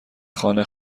خانه